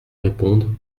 répondre